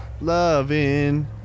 Loving